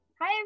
Hi